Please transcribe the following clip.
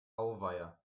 auweia